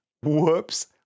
Whoops